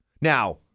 now